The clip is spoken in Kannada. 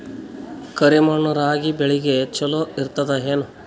ಕರಿ ಮಣ್ಣು ರಾಗಿ ಬೇಳಿಗ ಚಲೋ ಇರ್ತದ ಏನು?